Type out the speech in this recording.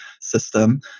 system